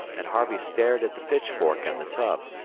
and harvey stared at the pitchfork and the tub.